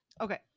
okay